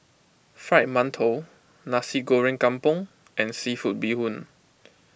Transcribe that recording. Fried Mantou Nasi Goreng Kampung and Seafood Bee Hoon